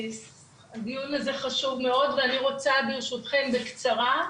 הדיון הזה חשוב מאוד ואני רוצה ברשותכם בקצרה,